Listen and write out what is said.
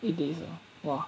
eight days ah !wah!